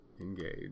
engage